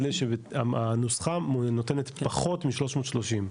הנוסחה נותנת פחות מ-330,